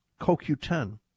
CoQ10